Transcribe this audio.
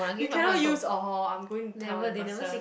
you cannot use orh hor I'm going to tell the person